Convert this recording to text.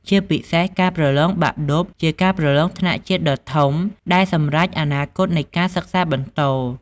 ជាពិសេស ការប្រឡងបាក់ឌុបជាការប្រឡងថ្នាក់ជាតិដ៏ធំ ដែលសម្រេចអនាគតនៃការសិក្សាបន្ត។